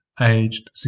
aged